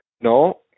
No